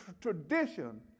tradition